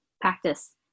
practice